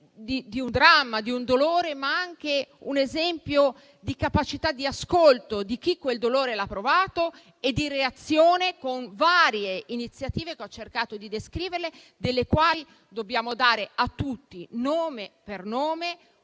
di un dramma e di un dolore, ma anche di capacità di ascolto di chi quel dolore l'ha provato ed è stato capace di reagire con varie iniziative che ho cercato di descrivere, delle quali dobbiamo dare a tutti, nome per nome,